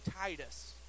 Titus